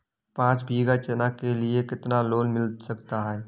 पाँच बीघा चना के लिए कितना लोन मिल सकता है?